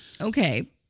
Okay